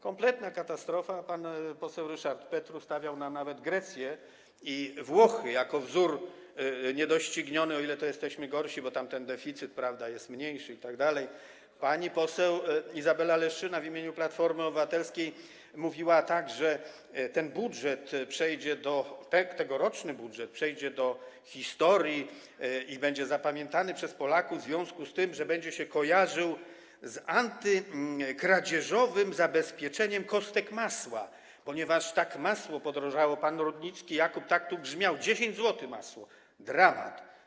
Kompletna katastrofa - pan poseł Ryszard Petru stawiał nam nawet Grecję i Włochy za wzór niedościgniony, o ile to jesteśmy gorsi, bo tam ten deficyt jest mniejszy itd., pani poseł Izabela Leszczyna w imieniu Platformy Obywatelskiej mówiła, że ten budżet, tegoroczny budżet przejdzie do historii i będzie zapamiętany przez Polaków w związku z tym, że będzie się kojarzył z antykradzieżowym zabezpieczeniem kostek masła, ponieważ tak masło podrożało, a pan Rutnicki Jakub tak tu grzmiał: 10 zł masło, dramat!